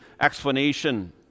explanation